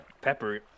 Pepper